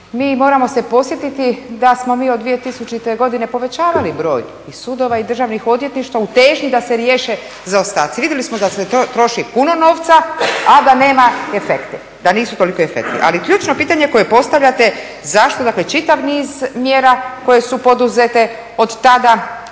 mi moramo se podsjetiti da smo mi od 2000. godine povećavali broj i sudova i državnih odvjetništva u težnji da se riješe zaostaci. Vidjeli smo da se troši puno novca, a da nema efekta, da nisu toliko efektni. Ali ključno pitanje koje postavljate, zašto, dakle, čitav niz mjera koje su poduzete od tada,